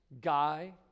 Guy